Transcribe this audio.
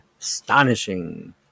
astonishing